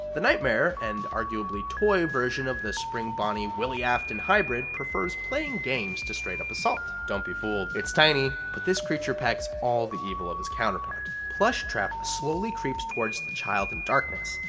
the nightmare and, arguably, toy version of the spring bonnie willie afton hybrid prefers playing games to straight up assault. don't be fooled, it's tiny, but this creature packs all the evil of his counterpart. plushtrap slowly creeps towards the child in darkness,